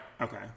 Okay